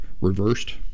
reversed